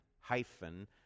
hyphen